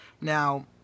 Now